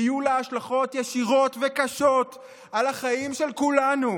ויהיו לה השלכות ישירות וקשות על החיים של כולנו.